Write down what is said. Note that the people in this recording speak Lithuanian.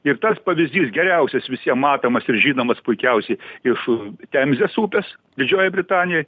ir tas pavyzdys geriausias visiem matomas ir žinomas puikiausiai iš temzės upės didžiojoj britanijoj